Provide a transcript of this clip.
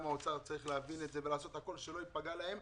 גם משרד האוצר צריך להבין את זה ולעשות הכול שלא ייפגע תקציבן.